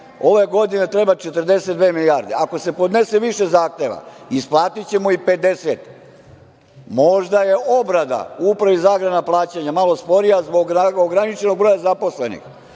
Ove godine treba 42.000.000.000. Ako se podnese više zahteva, isplatićemo i 50.Možda je obrada u Upravi za agrarna plaćanja malo sporija zbog ograničenog broja zaposlenih,